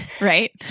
right